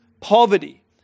poverty